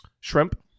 Shrimp